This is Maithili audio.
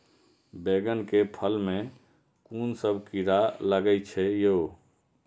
बैंगन के फल में कुन सब कीरा लगै छै यो?